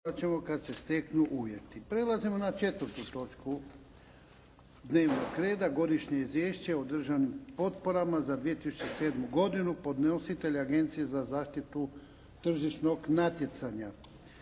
Ivan (HDZ)** Prelazimo na 4. točku dnevnog reda - Godišnje izvješće o državnim potporama za 2007. godinu Podnositelj Agencija za zaštitu tržišnog natjecanja.